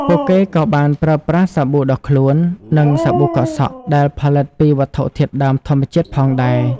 ពួកគេក៏បានប្រើប្រាស់សាប៊ូដុសខ្លួន និងសាប៊ូកក់សក់ដែលផលិតពីវត្ថុធាតុដើមធម្មជាតិផងដែរ។